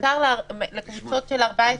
מותר לקבוצות של 14